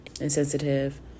insensitive